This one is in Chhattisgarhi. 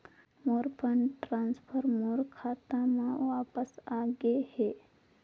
मोर फंड ट्रांसफर मोर खाता म वापस आ गे हे